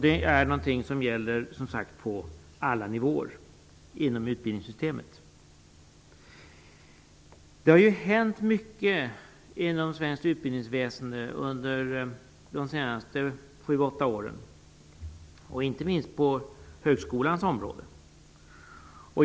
Det är någonting som gäller på alla nivåer inom utbildningssystemet. Det har hänt mycket inom svenskt utbildningsväsende under de senaste sju åtta åren, inte minst på högskolans område.